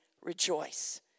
rejoice